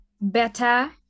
better